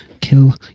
Kill